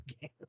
game